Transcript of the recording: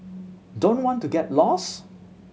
don't want to get lost